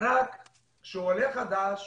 רק כשעולה חדש